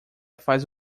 faz